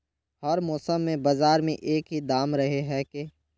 हर मौसम में बाजार में एक ही दाम रहे है की?